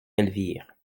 elvire